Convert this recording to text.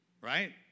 Right